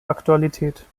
aktualität